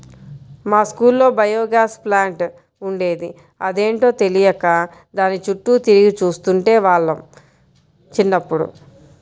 మా స్కూల్లో biogas plant ఉండేది, అదేంటో తెలియక దాని చుట్టూ తిరిగి చూస్తుండే వాళ్ళం చిన్నప్పుడు